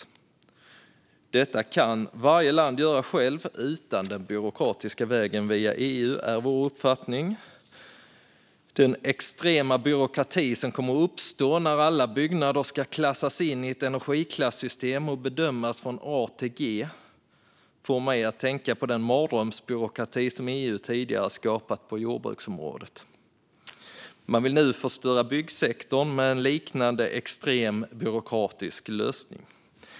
Vår uppfattning är att detta kan varje land göra självt, utan den byråkratiska vägen via EU. Den extrema byråkrati som kommer att uppstå när alla byggnader ska klassas in i ett energiklassystem och bedömas från A till G får mig att tänka på den mardrömsbyråkrati som EU tidigare har skapat på jordbruksområdet. Nu vill man förstöra byggsektorn med liknande extrema byråkratiska lösningar.